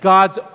God's